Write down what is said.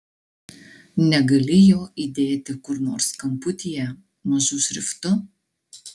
negali jo įdėti kur nors kamputyje mažu šriftu